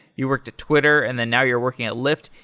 you worked at twitter, and then now you're working at lyft.